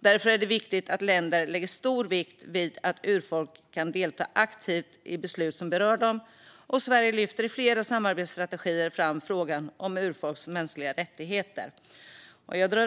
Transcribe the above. Därför är det viktigt att länder lägger stor vikt vid att urfolk kan delta aktivt i beslut som berör dem. Sverige lyfter i flera samarbetsstrategier fram frågan om urfolks mänskliga rättigheter. Fru talman!